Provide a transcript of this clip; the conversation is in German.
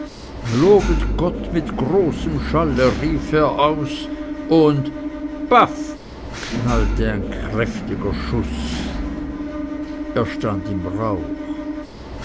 lobet gott mit großem schalle rief er aus und paff knallte ein kräftiger schuß er stand im rauch